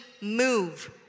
move